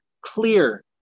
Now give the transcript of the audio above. clear